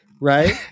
right